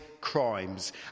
crimes